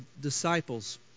disciples